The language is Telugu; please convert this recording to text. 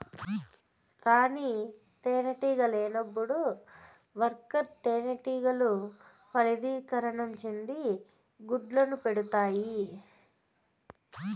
రాణి తేనెటీగ లేనప్పుడు వర్కర్ తేనెటీగలు ఫలదీకరణం చెందని గుడ్లను పెడుతాయి